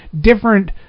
different